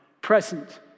present